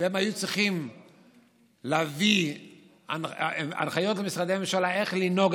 והם היו צריכים להביא הנחיות למשרדי ממשלה איך לנהוג,